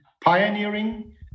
pioneering